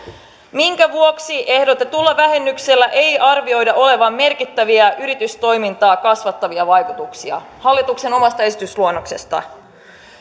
minkä vuoksi ehdotetulla vähennyksellä ei arvioida olevan merkittäviä yritystoimintaa kasvattavia vaikutuksia hallituksen omasta esitysluonnoksesta